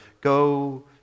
go